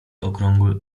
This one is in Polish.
okrągły